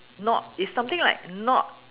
not it's something like not